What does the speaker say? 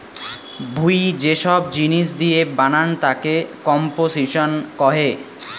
ভুঁই যে সব জিনিস দিয়ে বানান তাকে কম্পোসিশন কহে